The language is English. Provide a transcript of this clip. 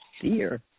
fear